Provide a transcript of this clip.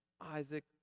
Isaac